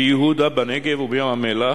ביהודה, בנגב ובים-המלח,